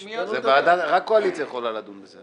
רק קואליציה יכולה לדון בזה,